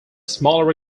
smaller